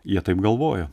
jie taip galvojo